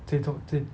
最重最